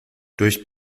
durch